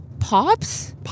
Pops